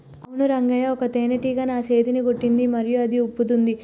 అవును రంగయ్య ఒక తేనేటీగ నా సేతిని కుట్టింది మరియు అది ఉబ్బుతోంది